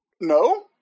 No